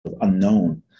unknown